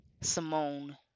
Simone